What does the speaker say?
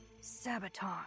Sabotage